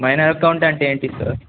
minor account అంటే ఏమిటి sir